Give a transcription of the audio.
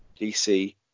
DC